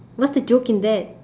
what's the joke in that